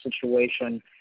situation